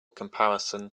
comparison